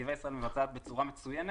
ונתיבי ישראל מבצעת בצורה מצוינת,